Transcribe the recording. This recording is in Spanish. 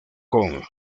con